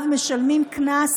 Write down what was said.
בבקשה.